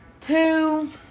two